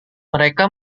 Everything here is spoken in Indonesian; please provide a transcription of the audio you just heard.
mereka